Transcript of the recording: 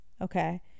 okay